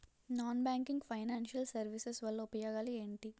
Non banking financial services వల్ల ఉపయోగాలు ఎంటి?